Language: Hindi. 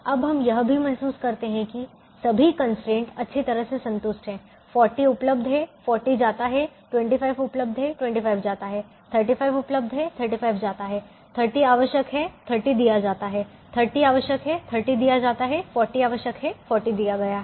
अब हम यह भी महसूस करते हैं कि सभी कंस्ट्रेंट अच्छी तरह से संतुष्ट हैं 40 उपलब्ध है 40 जाता है 25 उपलब्ध है 25 जाता है 35 उपलब्ध है 35 जाता है 30 आवश्यक है 30 दिया जाता है 30 आवश्यक है 30 दिया जाता है 40 आवश्यक है 40 दिया गया है